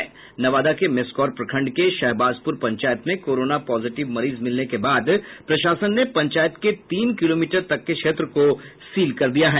नवादा के मेस्कौर प्रखंड के शहबाजपुर पंचायत में कोरोना पॉजिटिव मरीज मिलने के बाद प्रशासन ने पंचायत के तीन किलोमीटर तक के क्षेत्र को सील कर दिया है